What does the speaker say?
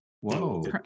Whoa